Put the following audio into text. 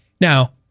Now